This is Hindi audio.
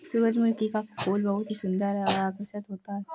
सुरजमुखी का फूल बहुत ही सुन्दर और आकर्षक होता है